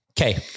okay